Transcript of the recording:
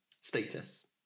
status